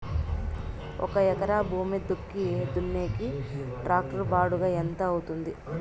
ఒక ఎకరా భూమి దుక్కి దున్నేకి టాక్టర్ బాడుగ ఎంత అవుతుంది?